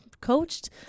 coached